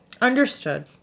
Understood